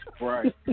right